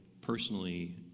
personally